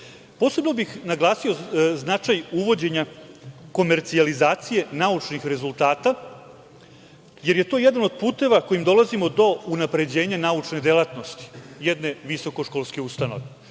bih naglasio značaj uvođenja komercijalizacije naučnih rezultata, jer je to jedan od puteva kojim dolazimo do unapređenja naučne delatnosti jedne visokoškolske ustanove.